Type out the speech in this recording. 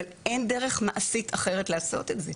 אבל אין דרך מעשית אחרת לעשות את זה.